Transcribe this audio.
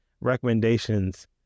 recommendations